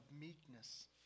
meekness